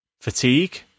fatigue